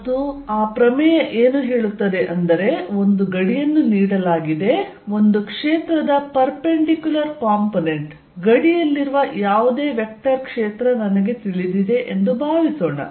ಮತ್ತು ಅದು ಏನು ಹೇಳುತ್ತದೆ ಅಂದರೆ ಒಂದು ಗಡಿಯನ್ನು ನೀಡಲಾಗಿದೆ ಒಂದು ಕ್ಷೇತ್ರದ ಪೆರ್ಪೆಂಡಿಕ್ಯುಲರ್ ಕಾಂಪೊನೆಂಟ್ ಗಡಿಯಲ್ಲಿರುವ ಯಾವುದೇ ವೆಕ್ಟರ್ ಕ್ಷೇತ್ರ ನನಗೆ ತಿಳಿದಿದೆ ಎಂದು ಭಾವಿಸೋಣ